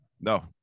No